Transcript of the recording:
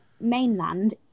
mainland